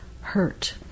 hurt